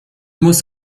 muss